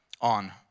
on